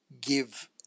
give